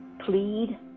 Plead